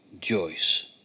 Joyce